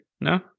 No